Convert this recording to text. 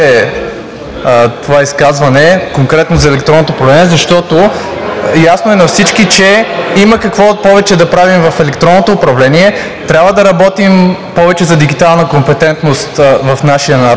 това изказване, конкретно за електронното управление, защото ясно е на всички, че има какво повече да правим в електронното управление. Трябва да работим повече за дигитална компетентност в нашия народ.